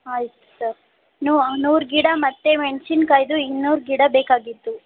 ಆಯಿತು ಸರ್ ನೂರು ಗಿಡ ಮತ್ತು ಮೆಣ್ಶಿನಕಾಯ್ದು ಇನ್ನೂರು ಗಿಡ ಬೇಕಾಗಿತ್ತು